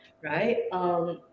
right